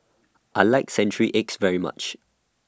I like Century Eggs very much